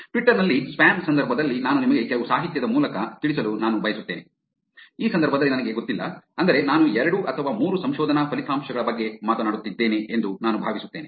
Twitter ನಲ್ಲಿ spam ನ ಸಂದರ್ಭದಲ್ಲಿ ನಾನು ನಿಮಗೆ ಕೆಲವು ಸಾಹಿತ್ಯದ ಮೂಲಕ ತಿಳಿಸಲು ನಾನು ಬಯಸುತ್ತೇನೆ ಈ ಸಂದರ್ಭದಲ್ಲಿ ನನಗೆ ಗೊತ್ತಿಲ್ಲ ಅಂದರೆ ನಾನು ಎರಡು ಅಥವಾ ಮೂರು ಸಂಶೋಧನಾ ಫಲಿತಾಂಶಗಳ ಬಗ್ಗೆ ಮಾತನಾಡುತ್ತಿದ್ದೇನೆ ಎಂದು ನಾನು ಭಾವಿಸುತ್ತೇನೆ